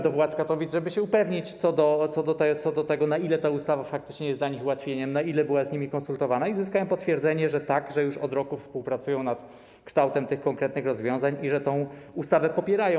do władz Katowic, żeby się upewnić co do tego, na ile ta ustawa faktycznie jest dla nich ułatwieniem, na ile była z nimi konsultowana, i zyskałem potwierdzenie, że tak, że już od roku współpracują przy opracowaniu kształtu tych konkretnych rozwiązań i że tę ustawę popierają.